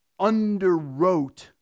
underwrote